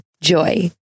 Joy